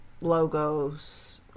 logos